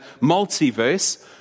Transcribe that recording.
multiverse